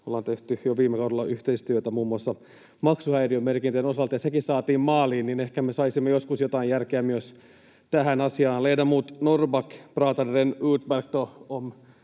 yhteistyötä jo viime kaudella muun muassa maksuhäiriömerkintöjen osalta, ja koska sekin saatiin maaliin, niin ehkä me saisimme joskus jotain järkeä myös tähän asiaan.